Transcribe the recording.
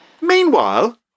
Meanwhile